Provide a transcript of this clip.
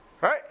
Right